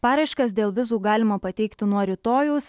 paraiškas dėl vizų galima pateikti nuo rytojaus